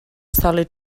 solid